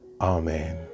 Amen